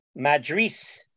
Madris